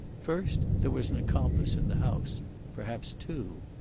first, there was an accomplice in the house perhaps two.